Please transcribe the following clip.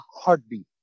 heartbeat